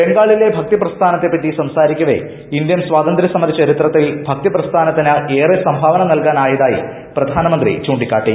ബംഗാളിലെ ഭക്തി പ്രസ്ഥാനത്തെപ്പറ്റി സംസാരിക്കവേ ഇന്ത്യൻ സ്വാതന്ത്രൃ സമര ചരിത്രത്തിൽ ഭക്തിപ്രസ്ഥാനത്തിന് ഏറെ സംഭാവന നൽകാൻ ആയതായി പ്രധാനമന്ത്രി ചൂണ്ടിക്കാട്ടി